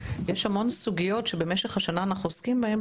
יש המון סוגיות שבמשך השנה אנחנו עוסקים בהן,